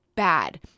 bad